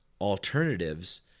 alternatives